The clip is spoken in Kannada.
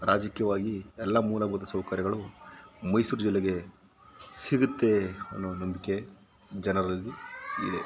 ರಾಜಕೀಯವಾಗಿ ಎಲ್ಲ ಮೂಲಭೂತ ಸೌಕರ್ಯಗಳು ಮೈಸೂರು ಜಿಲ್ಲೆಗೆ ಸಿಗುತ್ತೆ ಅನ್ನೋ ನಂಬಿಕೆ ಜನರಲ್ಲಿ ಇದೆ